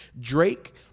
Drake